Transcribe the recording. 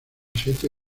siete